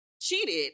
cheated